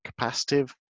capacitive